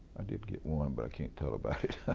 and did get one, but i can't tell about it.